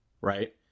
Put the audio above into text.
right